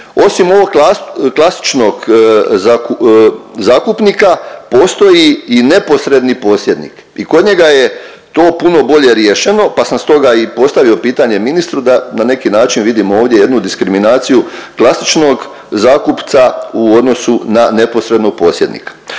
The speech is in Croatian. osim ovog klasičnog zakupnika postoji i neposredni posjednik i kod njega je to puno bolje riješeno, pa sam stoga i postavio pitanje ministru da na neki način vidimo ovdje jednu diskriminaciju klasičnog zakupca u odnosu na neposrednog posjednika.